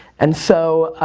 and so,